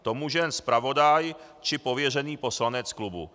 To může jen zpravodaj či pověřený poslanec klubu.